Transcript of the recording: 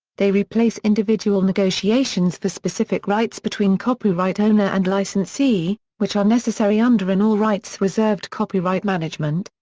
they replace individual negotiations for specific rights between copyright owner and licensee, which are necessary under an all rights reserved copyright management,